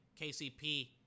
KCP